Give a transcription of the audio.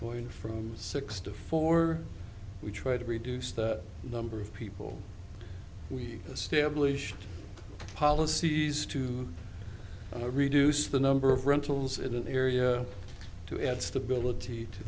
going from six to four we try to reduce the number of people we establish policies to reduce the number of rentals in an area to add stability to